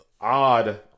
odd